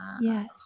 yes